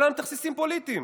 כל היום תכסיסים פוליטיים.